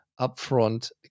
upfront